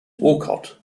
walcott